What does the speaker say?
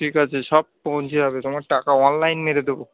ঠিক আছে সব পৌঁছে যাবে তোমার টাকা অনলাইন মেরে দেবো